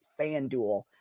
FanDuel